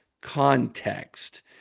context